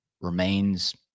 remains